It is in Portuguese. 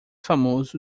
famoso